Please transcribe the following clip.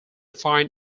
find